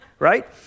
Right